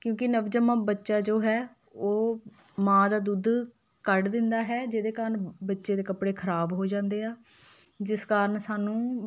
ਕਿਉਂਕਿ ਨਵਜੰਮਾ ਬੱਚਾ ਜੋ ਹੈ ਉਹ ਮਾਂ ਦਾ ਦੁੱਧ ਕੱਢ ਦਿੰਦਾ ਹੈ ਜਿਹਦੇ ਕਾਰਨ ਬੱਚੇ ਦੇ ਕੱਪੜੇ ਖਰਾਬ ਹੋ ਜਾਂਦੇ ਆ ਜਿਸ ਕਾਰਨ ਸਾਨੂੰ